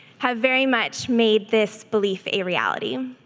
have very much made this belief a reality.